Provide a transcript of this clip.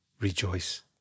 rejoice